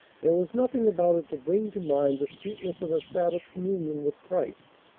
there was nothing about it to bring to mind the sweetness of a sabbath communion with christ,